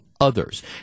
others